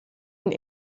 und